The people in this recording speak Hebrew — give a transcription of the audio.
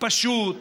פשוט.